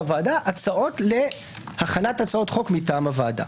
הוועדה: הצעות להכנת הצעות חוק מטעם הוועדה.